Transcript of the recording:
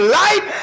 light